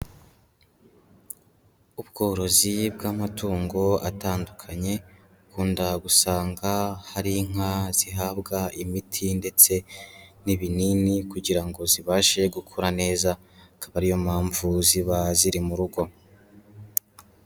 Ubworozi bw'amatungo atandukanye kundanda gusanga hari inka zihabwa imiti ndetse n'ibinini kugira ngo zibashe gukora neza, akaba ari yo mpamvu ziba ziri mu rugo.